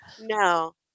No